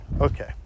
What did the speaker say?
okay